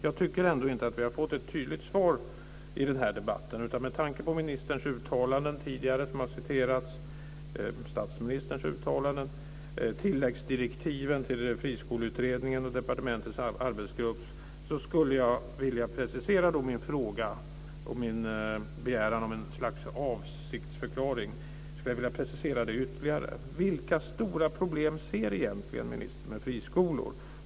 Jag tycker inte att vi har fått ett tydligt svar i den här debatten. Med tanke på ministerns uttalanden tidigare, som har citerats, statsministerns uttalanden samt tilläggsdirektiven till Friskoleutredningen och departementets arbetsgrupp skulle jag ytterligare vilja precisera min fråga och min begäran om en avsiktsförklaring: Vilka stora problem ser egentligen ministern med friskolor?